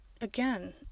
again